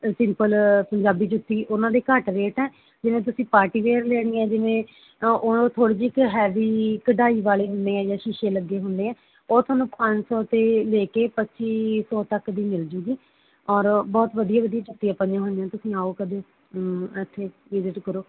simple Punjabi ਜੁੱਤੀ ਉਹਨਾਂ ਦੇ ਘੱਟ ਰੇਟ ਹੈ ਜਿਵੇਂ ਤੁਸੀਂ ਪਾਰਟੀ ਵੇਅਰ ਲੈਣੀ ਆ ਜਿਵੇਂ ਉਹ ਥੋੜ੍ਹੀ ਜਿਹੀ ਕੁ ਹੈਵੀ ਕਢਾਈ ਵਾਲੇ ਹੁੰਦੇ ਆ ਜਾਂ ਸ਼ੀਸ਼ੇ ਲੱਗੇ ਹੁੰਦੇ ਆ ਉਹ ਤੁਹਾਨੂੰ ਪੰਜ ਸੌ ਤੋਂ ਲੈ ਕੇ ਪੱਚੀ ਸੌ ਤੱਕ ਦੀ ਮਿਲ ਜੂਗੀ ਔਰ ਬਹੁਤ ਵਧੀਆ ਵਧੀਆ ਜੁੱਤੀਆਂ ਪਈਆਂ ਹੋਈਆਂ ਤੁਸੀਂ ਆਓ ਕਦੇ ਇੱਥੇ ਵੀਜ਼ਿਟ ਕਰੋ